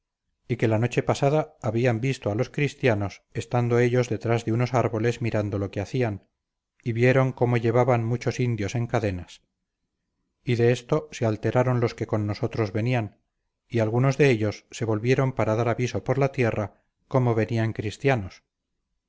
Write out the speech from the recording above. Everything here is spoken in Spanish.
y que la noche pasada habían visto a los cristianos estando ellos detrás de unos árboles mirando lo que hacían y vieron cómo llevaban muchos indios en cadenas y de esto se alteraron los que con nosotros venían y algunos de ellos se volvieron para dar aviso por la tierra cómo venían cristianos